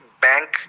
bank